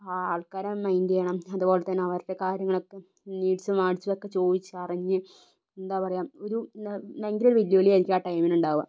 ആൾക്കാരെ മൈൻഡ് ചെയ്യണം അതുപോലെ തന്നെ അവരുടെ കാര്യങ്ങളൊക്കെ നീഡ്സും വാൻഡ്സുമൊക്കെ ചോദിച്ചറിഞ്ഞ് എന്താ പറയുക ഒരു എന്താ ഭയങ്കര ഒരു വെല്ലുവിളി ആയിരിക്കും ആ ടൈമില് ഉണ്ടാവുക